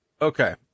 Okay